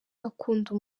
akunda